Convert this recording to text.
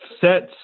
sets